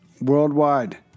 worldwide